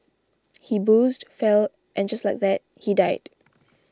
he boozed fell and just like that he died